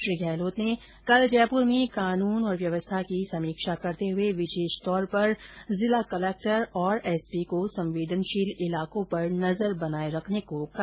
श्री गहलोत ने कल जयपुर में कानून और व्यवस्था की समीक्षा करते हुए विशेष तौर पर जिलों में कलक्टर और एसपी को संवेदनशील इलाकों पर नजर बनाए रखने को कहा